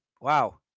Wow